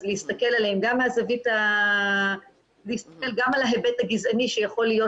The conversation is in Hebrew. אז להסתכל עליהם גם על ההיבט הגזעני שיכול להיות